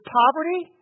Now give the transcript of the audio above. poverty